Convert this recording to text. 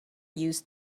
use